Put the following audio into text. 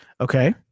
Okay